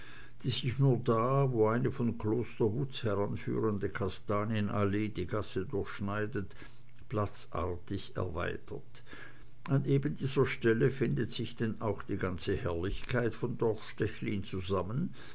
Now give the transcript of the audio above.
die sich nur da wo eine von kloster wutz her heranführende kastanienallee die gasse durchschneidet platzartig erweitert an eben dieser stelle findet sich denn auch die ganze herrlichkeit von dorf stechlin zusammen